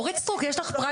היא כל כך חשובה,